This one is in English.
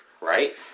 Right